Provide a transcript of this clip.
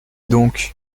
donc